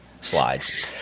slides